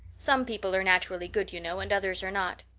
some people are naturally good, you know, and others are not.